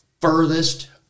furthest